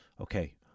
okay